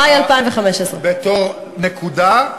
מאי 2015. בתור נקודה,